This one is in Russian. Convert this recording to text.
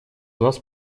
вас